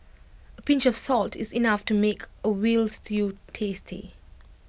A pinch of salt is enough to make A Veal Stew tasty